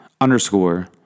underscore